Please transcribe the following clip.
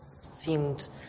seemed